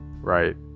Right